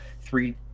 three